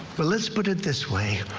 but let's put it this way.